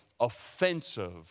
offensive